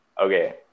Okay